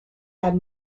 have